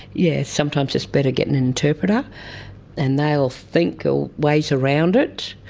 yeah, sometimes it's better get an interpreter and they'll think of ways around it.